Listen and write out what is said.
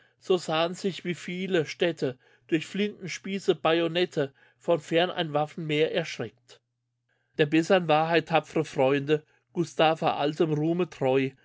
so sahen sich wie viel städte durch flinten spieße bajonette von fern ein waffenheer erschreckt der bessern wahrheit tapfre freunde gustaver altem ruhme treu